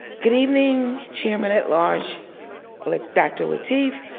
good evening chairman at large like dr. lateef,